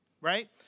right